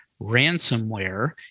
ransomware